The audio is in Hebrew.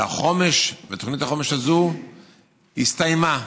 ותוכנית החומש הזאת הסתיימה.